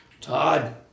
Todd